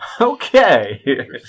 Okay